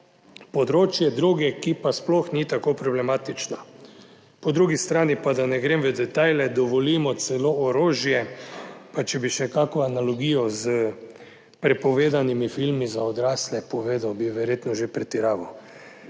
področje droge, ki pa sploh ni tako problematično. Po drugi strani pa, da ne grem v detajle, dovolimo celo orožje, pa če bi še kakšno analogijo s prepovedanimi filmi za odrasle povedal bi verjetno že pretiraval.